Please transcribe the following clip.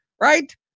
right